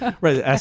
Right